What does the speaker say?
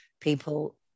people